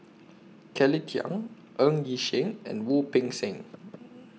Kelly Tang Ng Yi Sheng and Wu Peng Seng